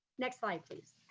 next slide, please.